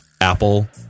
Apple